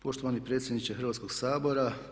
Poštovani predsjedniče Hrvatskog sabora.